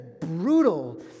brutal